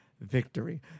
victory